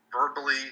verbally